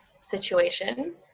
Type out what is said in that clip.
situation